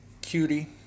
cutie